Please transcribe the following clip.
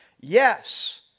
Yes